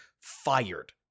fired